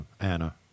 Anna